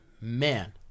man